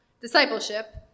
Discipleship